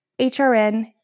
HRN